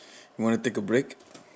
wanna take a break